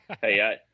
hey